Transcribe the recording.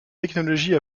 technologies